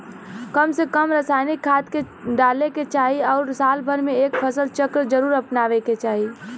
कम से कम रासायनिक खाद के डाले के चाही आउर साल भर में एक फसल चक्र जरुर अपनावे के चाही